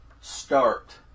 start